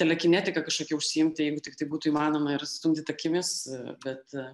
telekinetika kažkokia užsiimti jeigu tiktai būtų įmanoma ir stumdyt akimis bet